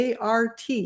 ART